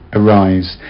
arise